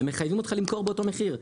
הם מחייבים אותך למכור באותו מחיר.